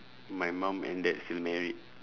my mum and dad still married